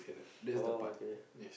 oh okay